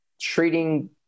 treating